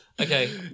okay